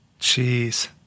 Jeez